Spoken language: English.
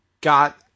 got